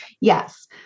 Yes